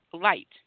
light